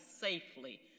safely